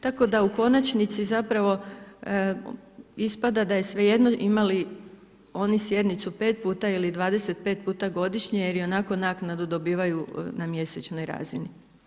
Tako da u konačnici zapravo ispada da je svejedno imaju li oni sjednicu 5 puta ili 25 puta godišnje jer ionako naknadu dobivaju na mjesečnoj razini.